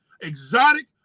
Exotic